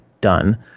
done